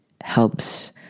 helps